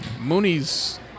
Mooney's